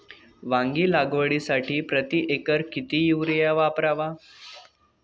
वांगी लागवडीसाठी प्रति एकर किती युरिया वापरावा?